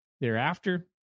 thereafter